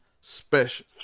special